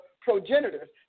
progenitors